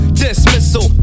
dismissal